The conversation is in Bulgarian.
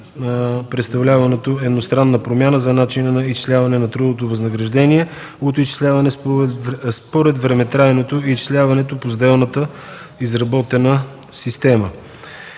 представляващо едностранна промяна на начина на изчисляване на трудовото възнаграждение: от изчисляване според времетраенето на изчисляване по сделна – според изработеното.